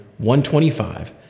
125